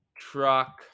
truck